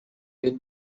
they